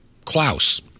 Klaus